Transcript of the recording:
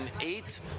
eight